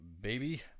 baby